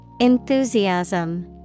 Enthusiasm